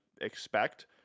expect